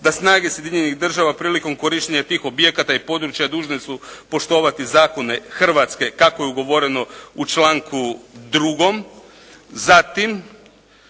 da snage Sjedinjenih Država prilikom korištenja tih objekata i područja dužni su poštovati zakone hrvatske kako je ugovoreno u članku 2. Zatim,